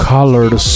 Colored